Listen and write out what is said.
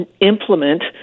implement